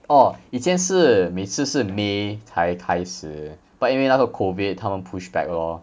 orh 以前是每次是 may 才开始 but 因为那个 COVID 他们 push back lor